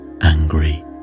angry